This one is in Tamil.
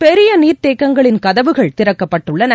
பெரிய நீர்த்தேக்கங்களின் கதவுகள் திறக்கப்பட்டுள்ளன